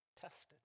tested